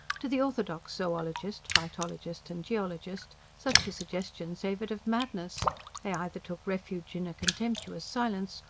to the orthodox zoologist, phytologist and geologist, such a suggestion savoured of madness they either took refuge in a contemptuous silence,